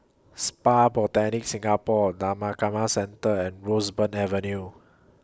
Spa Botanica Singapore Dhammakaya Centre and Roseburn Avenue